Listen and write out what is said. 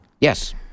Yes